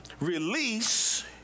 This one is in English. release